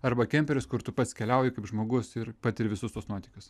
arba kemperis kur tu pats keliauji kaip žmogus ir patiri visus tuos nuotykius